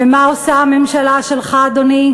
ומה עושה הממשלה שלך, אדוני?